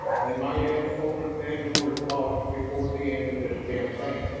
they might have to open pandora's box before the end of this campaign.